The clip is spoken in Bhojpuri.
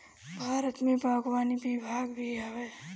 भारत में बागवानी विभाग भी हवे